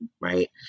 right